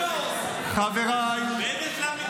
חברים,